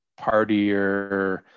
partier